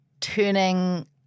turning